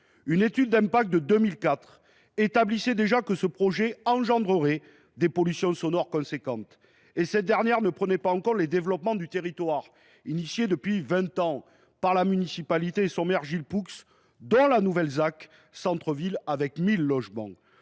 Une étude d’impact de 2004 établissait déjà que ce projet engendrerait des pollutions sonores considérables. Or cette dernière ne prenait pas en compte les développements du territoire engagés depuis vingt ans par la municipalité et son maire, Gilles Poux, dont la nouvelle zone d’aménagement